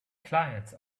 clients